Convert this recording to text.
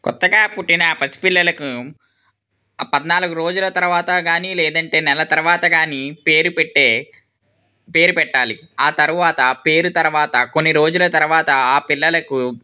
కొత్తగా పుట్టిన పసి పిల్లలకు పద్నాలుగు రోజుల తర్వాత కానీ లేదంటే నెల తర్వాత కానీ పేరు పెట్టే పేరు పెట్టాలి ఆ తరువాత పేరు తర్వాత కొన్ని రోజుల తర్వాత ఆ పిల్లలకు